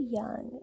young